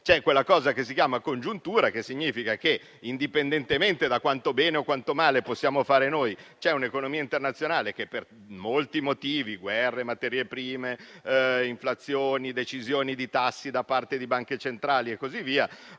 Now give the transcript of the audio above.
c'è quella cosa che si chiama congiuntura, che significa che, indipendentemente da quanto bene o quanto male possiamo fare noi, c'è un'economia internazionale che per molti motivi - guerre, costi delle materie prime, inflazioni, decisioni di tassi da parte di banche centrali - a